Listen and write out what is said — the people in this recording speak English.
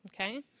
okay